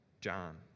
John